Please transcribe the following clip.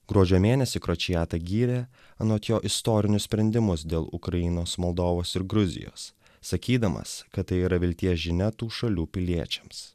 gruodžio mėnesį kročijata gyrė anot jo istorinius sprendimus dėl ukrainos moldovos ir gruzijos sakydamas kad tai yra vilties žinia tų šalių piliečiams